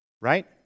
Right